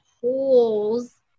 holes